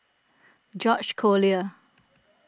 George Collyer